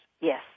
Yes